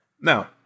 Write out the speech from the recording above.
Now